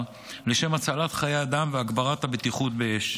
לשם הצלת חיי אדם והגברת הבטיחות באש.